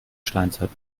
steinzeit